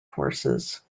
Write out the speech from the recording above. horses